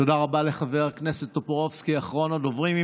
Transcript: תודה רבה לחבר הכנסת טופורובסקי, אחרון הדוברים.